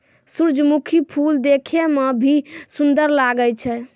सुरजमुखी फूल देखै मे भी सुन्दर लागै छै